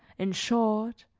in short,